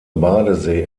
badesee